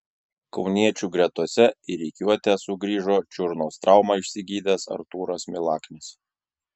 kauniečių gretose į rikiuotę sugrįžo čiurnos traumą išsigydęs artūras milaknis